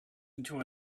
into